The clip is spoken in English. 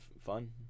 fun